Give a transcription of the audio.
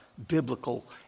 Biblical